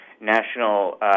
National